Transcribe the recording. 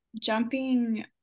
Jumping